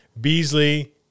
Beasley